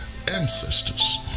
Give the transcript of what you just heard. ancestors